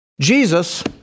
Jesus